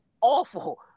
awful